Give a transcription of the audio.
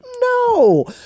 No